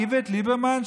איווט ליברמן,